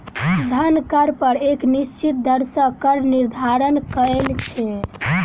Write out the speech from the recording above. धन कर पर एक निश्चित दर सॅ कर निर्धारण कयल छै